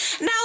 Now